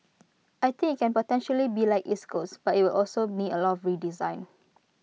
I think IT can potentially be like East Coast but IT will also need A lot of redesign